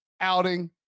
outing